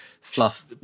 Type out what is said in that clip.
fluff